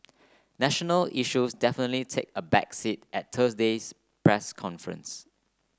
national issues definitely take a back seat at Thursday's press conference